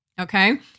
Okay